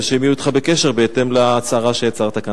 ושהם יהיו אתך בקשר בהתאם להצהרה שהצהרת כאן.